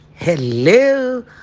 hello